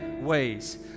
ways